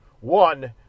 One